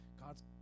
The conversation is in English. God's